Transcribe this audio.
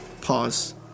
Pause